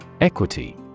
Equity